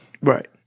Right